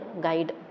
guide